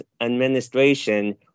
administration